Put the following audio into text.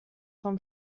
vom